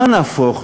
למה נהפוך?